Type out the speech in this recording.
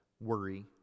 worry